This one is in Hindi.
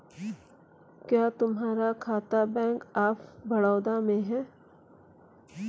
क्या तुम्हारा खाता बैंक ऑफ बड़ौदा में है?